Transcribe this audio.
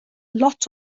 lot